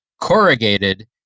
corrugated